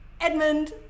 Edmund